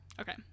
Okay